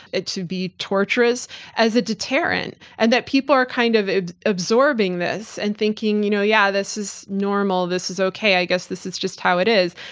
to be torturous as a deterrent and that people are kind of absorbing this and thinking you know yeah this is normal, this is okay, i guess this is just how it is.